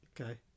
okay